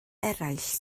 eraill